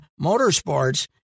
Motorsports